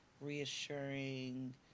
reassuring